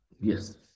Yes